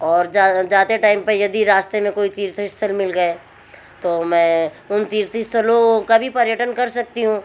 और जाते टाइम पे यदि रास्ते में कोई तीर्थ स्थल मिल गए तो मैं उन तीर्थ स्थलों का भी पर्यटन कर सकती हूँ